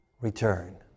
Return